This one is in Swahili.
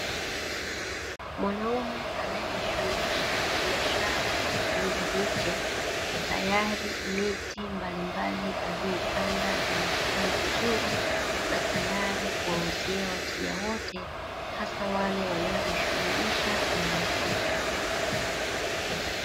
Mwanaume anayejishughulisha na biashara ya kuuza miche tayari miti mbalimbali aliyoipanda imestawi vizuri na tayari kuwauzia wateja wote hasa wale wanaojishughulisha na misitu.